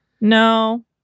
No